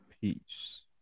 peace